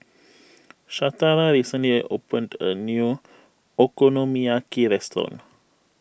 Shatara recently opened a new Okonomiyaki restaurant